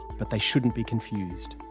but they shouldn't be confused.